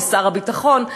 שר הביטחון.